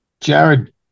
Jared